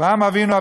אברהם אבינו,